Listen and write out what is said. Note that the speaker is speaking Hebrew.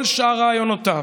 כל שאר רעיונותיו,